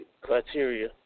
criteria